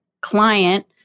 client